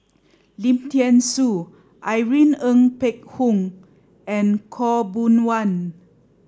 Lim Thean Soo Irene Ng Phek Hoong and Khaw Boon Wan